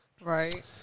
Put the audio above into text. Right